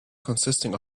consisting